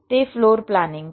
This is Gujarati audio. તે ફ્લોર પ્લાનિંગ છે